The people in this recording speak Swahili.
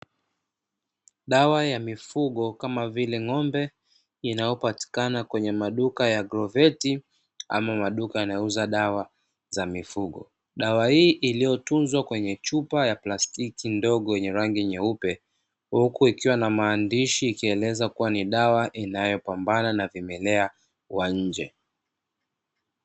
Dawa ya mifugo, kama vile ng'ombe, inayopatikana kwenye maduka ya GROVET ama maduka yanayouza dawa ya mifugo. Dawa hii iliyotunzwa kwenye chupa ya plastiki ndogo yenye rangi nyeupe, huku ikiwa na maandishi ikieleza kuwa ni dawa inayopambana na vimelea wa nje.